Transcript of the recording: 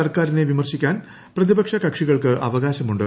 സർക്കാരിനെ വിമർശിക്കാൻ പ്രതിപക്ഷ് കക്ഷികൾക്ക് അവകാശമുണ്ട്